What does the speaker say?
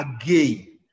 again